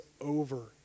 over